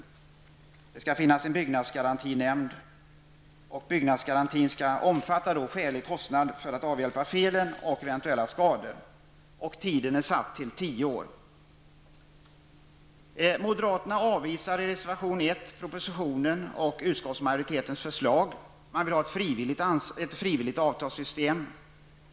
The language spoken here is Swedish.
Det skall finnas en byggnadsgarantinämnd, och byggnadsgarantin skall omfatta skälig kostnad för att avhjälpa uppkomna fel och eventuella skador. Tiden är satt till tio år. I reservation 1 avvisar moderaterna propositionen och utskottsmajoritetens förslag. Moderaterna vill ha ett frivilligt avtalssystem.